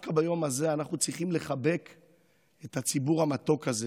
דווקא ביום הזה אנחנו צריכים לחבק את הציבור המתוק הזה